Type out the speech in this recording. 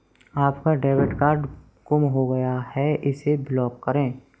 आपका debit card गुम हो गया है इसे ब्लॉक करें